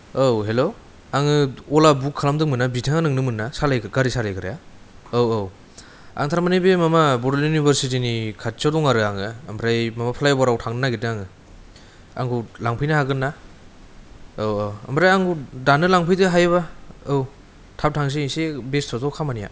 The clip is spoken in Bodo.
औ हेल' आङो अला बुक खालामदोंमोन ना बिथाङा नोंनो मोन ना गारि सालायग्राया औ औ आं थारमाने माबा बे बड'लेन्ड इउनिभारसिटिनि खाथिआव दं आरो आङो आमफ्राय माबा फ्लाइअभाराव थांनो नागिरदों आङो आंखौ लांफैनो हागोन ना औ औ आमफ्राय आं दानो दानो लांफैदो हायोबा औ थाब थांसै एसे बेस्तथ' खामानिया